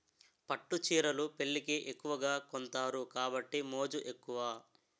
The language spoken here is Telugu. పట్టు చీరలు పెళ్లికి ఎక్కువగా కొంతారు కాబట్టి మోజు ఎక్కువ